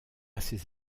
ces